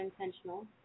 intentional